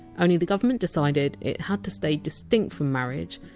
only the government decided it had to stay distinct from marriage,